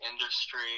industry